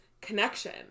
connection